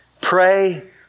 pray